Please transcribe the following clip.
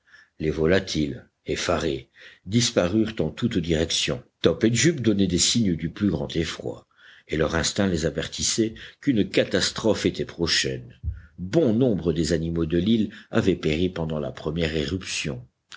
les volatiles effarés disparurent en toutes directions top et jup donnaient des signes du plus grand effroi et leur instinct les avertissait qu'une catastrophe était prochaine bon nombre des animaux de l'île avaient péri pendant la première éruption